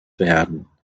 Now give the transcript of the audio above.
werden